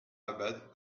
abad